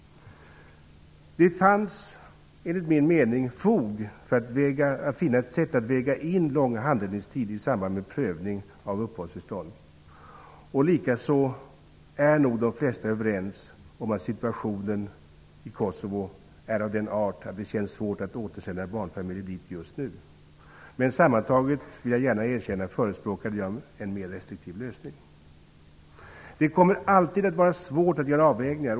Det fanns enligt min mening fog för att finna ett sätt att väga in långa handläggningstider i samband med prövning av uppehållstillstånd. Likaså är nog de flesta överens om att situationen i Kosovo är av den art att det känns svårt att återsända barnfamiljer dit just nu. Men sammantaget, det vill jag gärna erkänna, förespråkade jag en mer restriktiv lösning. Det kommer alltid att vara svårt att göra avvägningar.